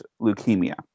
leukemia